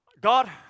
God